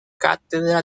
cátedra